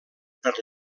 per